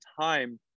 time